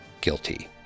guilty